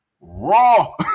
Raw